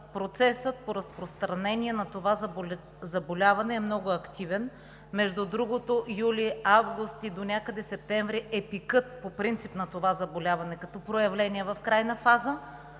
процесът по разпространение на това заболяване, е много активен. Между другото, юли, август и донякъде септември е пикът по принцип на това заболяване като проявление в крайна фаза.